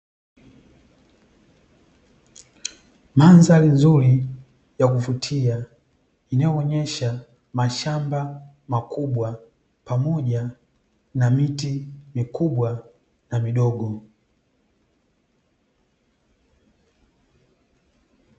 Mandhari nzuri ya kuvutia, inayoonyesha mashamba makubwa pamoja na miti mikubwa na midogo.